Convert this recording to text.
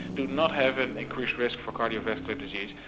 do not have an increased risk for cardiovascular disease.